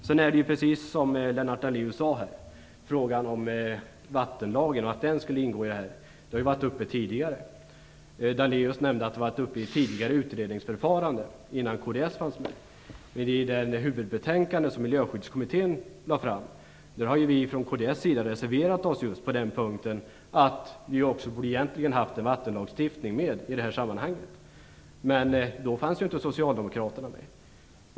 Sedan är det precis som Lennart Daléus sade, att frågan om ifall vattenlagen skulle ingå i den samlade miljölagstiftningen har varit uppe tidigare. Den har varit uppe i ett tidigare utredningsförfarande innan kds fanns med i riksdagen. När det gäller det huvudbetänkande som Miljöskyddskommittén lade fram har vi från kds reserverat oss för att det egentligen skulle ha funnits en vattenlagstiftning med i det här sammanhanget. Men då var ju inte socialdemokraterna med.